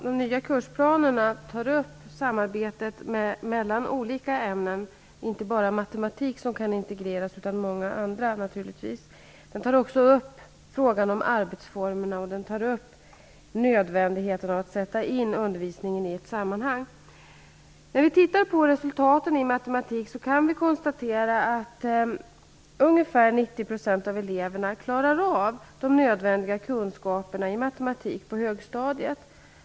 Herr talman! Ja, samarbetet mellan olika ämnen som kan integreras -- inte bara med matematik -- tas upp i de nya kursplanerna. Frågan om arbetsformerna och nödvändigheten av att sätta in undervisningen i ett sammanhang tas också upp i kursplanen. När vi studerar resultaten i matematik kan vi konstatera att ungefär 90 % av eleverna klarar att få de nödvändiga kunskaperna i matematik på högstadiet.